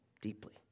deeply